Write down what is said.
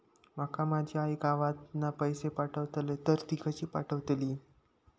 माका माझी आई गावातना पैसे पाठवतीला तर ती कशी पाठवतली?